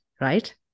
right